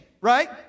right